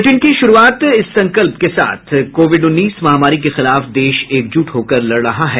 bulletin की शुरूआत इस संकल्प के साथ कोविड उन्नीस महामारी के खिलाफ देश एकजुट होकर लड़ रहा है